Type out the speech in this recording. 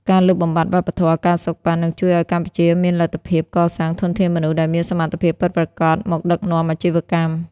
ការលុបបំបាត់វប្បធម៌ ការសូកប៉ាន់ នឹងជួយឱ្យកម្ពុជាមានលទ្ធភាពកសាងធនធានមនុស្សដែលមានសមត្ថភាពពិតប្រាកដមកដឹកនាំអាជីវកម្ម។